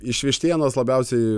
iš vištienos labiausiai